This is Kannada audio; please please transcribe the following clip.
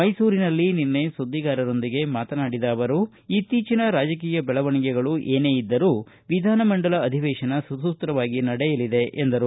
ಮೈಸೂರಿನಲ್ಲಿ ನಿನ್ನೆ ಸುದ್ವಿಗಾರರೊಂದಿಗೆ ಮಾತನಾಡಿದ ಅವರು ಇತ್ತೀಚಿನ ರಾಜಕೀಯ ಬೆಳವಣಿಗೆಗಳು ಏನೇ ಇದ್ದರೂ ವಿಧಾನಮಂಡಲ ಅಧಿವೇಶನ ಸುಸೂತ್ರವಾಗಿ ನಡೆಯಲಿದೆ ಎಂದರು